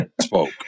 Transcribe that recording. spoke